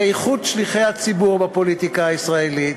לאיחוד שליחי הציבור בפוליטיקה הישראלית,